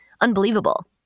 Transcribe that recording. unbelievable